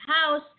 house